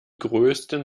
größten